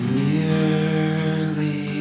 nearly